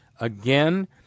again